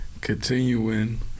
continuing